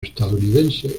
estadounidense